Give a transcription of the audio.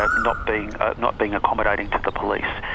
ah not being ah not being accommodating to the police.